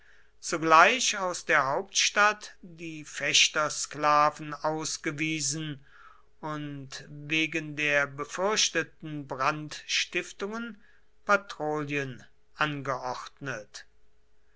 zugleich aus der hauptstadt die fechtersklaven ausgewiesen und wegen der befürchteten brandstiftungen patrouillen angeordnet